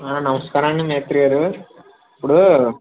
నమస్కారమండి మేస్త్రి గారు ఇప్పుడూ